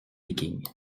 vikings